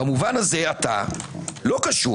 במובן הזה אתה לא קשוב.